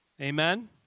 Amen